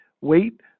weight